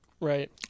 Right